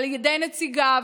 על ידי נציגיו,